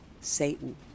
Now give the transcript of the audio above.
Satan